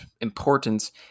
importance